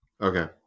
Okay